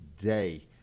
day